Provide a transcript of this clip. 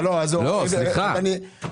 הוא